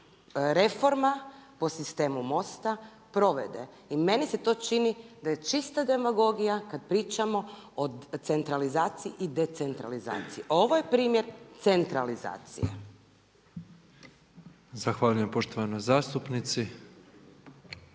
reforma po sistemu MOST-a provede. I meni se to čini da je čista demagogija kada pričamo o centralizaciji i decentralizaciji. Ovo je primjer centralizacije. **Petrov, Božo (MOST)** Zahvaljujem poštovanoj zastupnici.